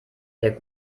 der